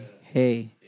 hey